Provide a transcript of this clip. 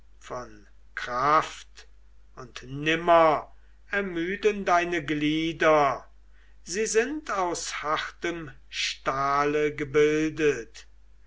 von kraft und nimmer ermüden deine glieder sie sind aus hartem stahle gebildet